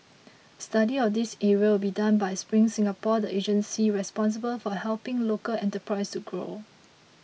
a study of these areas will be done by Spring Singapore the agency responsible for helping local enterprises grow